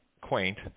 quaint